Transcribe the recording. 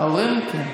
ההורים כן.